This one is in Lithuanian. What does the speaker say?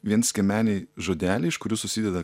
vienskiemeniai žodeliai iš kurių susideda